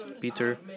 Peter